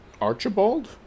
Archibald